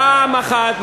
פעם אחת.